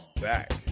back